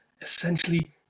essentially